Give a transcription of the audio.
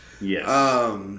Yes